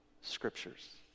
scriptures